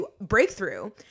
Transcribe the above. breakthrough